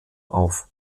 auf